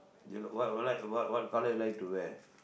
what what like what what colour you like to wear